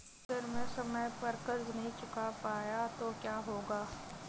अगर मैं समय पर कर्ज़ नहीं चुका पाया तो क्या होगा?